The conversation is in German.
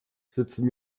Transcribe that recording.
sitzen